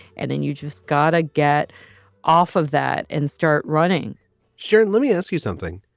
and then you just gotta get off of that and start running sure. let me ask you something.